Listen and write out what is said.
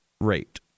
rate